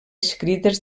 escrites